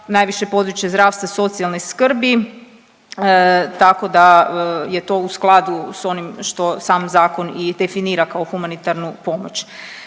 najviše područje zdravstva i socijalne skrbi tako da je to u skladu s onim što sam zakon i definira kao humanitarnu pomoć.